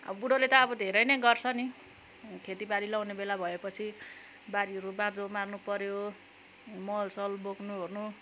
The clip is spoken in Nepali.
बुढोले त अब धेरै नै गर्छ नि खेतीबाली लाउने बेला भए पछि बारीहरू बाँझो मार्नु पऱ्यो मल सल बोक्नु ओर्नु